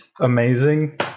amazing